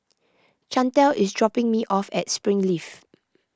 Chantal is dropping me off at Springleaf